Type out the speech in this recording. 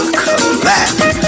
collapse